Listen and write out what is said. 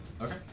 Okay